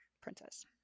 princess